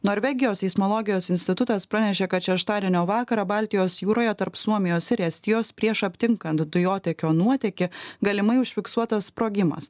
norvegijos seismologijos institutas pranešė kad šeštadienio vakarą baltijos jūroje tarp suomijos ir estijos prieš aptinkant dujotiekio nuotėkį galimai užfiksuotas sprogimas